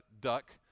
duck